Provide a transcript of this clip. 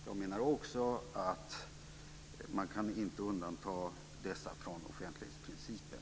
Jag menar också att man inte kan undanta dessa från offentlighetsprincipen.